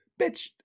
bitch